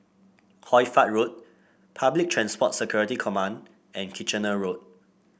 Hoy Fatt Road Public Transport Security Command and Kitchener Road